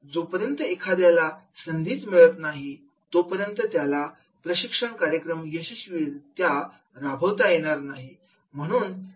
जोपर्यंत एखाद्याला संधीच मिळत नाही तोपर्यंत त्याला प्रशिक्षण कार्यक्रम यशस्वीरित्या राबवता येणार आर नाही